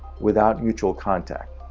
without mutual contact.